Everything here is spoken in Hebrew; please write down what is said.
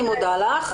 אני מודה לך.